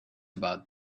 about